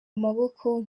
amaboko